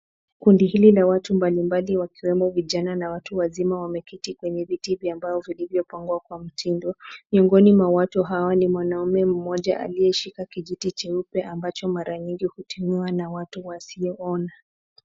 Kundi hili la watu mbalimbali wakiwemo vijana na watu wazima wameketi kwenye viti vya mbao vilivyopangwa kwa mtindo. Miongoni mwa watu hawa ni mwanaume mmoja aliyeshika kijiti cheupe ambacho mara nyingi hutumiwa na watu wasio ona.